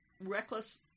Reckless